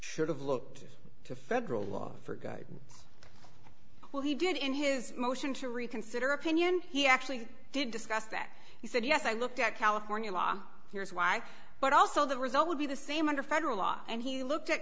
should have looked to federal law for guidance well he did in his motion to reconsider opinion he actually did discuss that he said yes i looked at california law here's why but also the result would be the same under federal law and he looked at